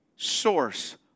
source